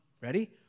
ready